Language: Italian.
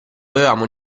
avevamo